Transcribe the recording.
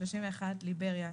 (31) ליבריה,